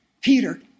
Peter